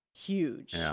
Huge